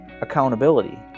accountability